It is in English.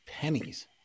pennies